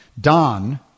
Don